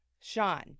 Sean